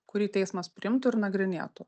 kurį teismas priimtų ir nagrinėtų